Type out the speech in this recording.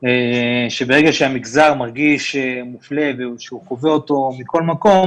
שברגע שהמגזר מרגיש מופלה וכשהוא חווה אותו בכל מקום